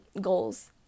goals